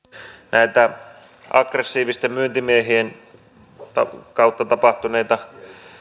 näitä aggressiivisten myyntimiehien kautta tapahtuneita